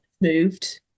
moved